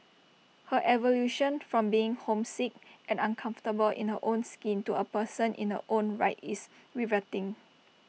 her evolution from being homesick and uncomfortable in her own skin to A person in her own right is riveting